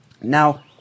Now